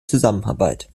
zusammenarbeit